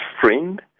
friend